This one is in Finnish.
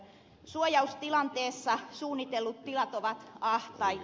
suojaustilanteessa suunnitellut tilat ovat ahtaita